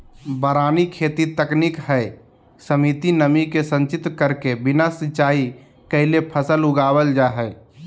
वारानी खेती तकनीक हई, सीमित नमी के संचित करके बिना सिंचाई कैले फसल उगावल जा हई